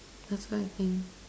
that's what I think